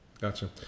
Gotcha